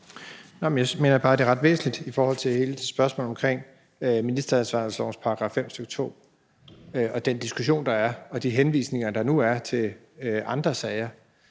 Jeg mener bare, det er ret væsentligt i forhold til hele spørgsmålet omkring ministeransvarlighedslovens § 5, stk. 2, og den diskussion, der er, og de henvisninger, der nu er til andre sager.